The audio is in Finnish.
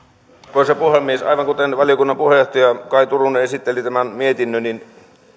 arvoisa puhemies aivan kuten valiokunnan puheenjohtaja kaj turunen esitteli tämän mietinnön